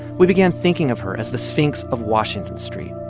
we began thinking of her as the sphinx of washington street,